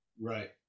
right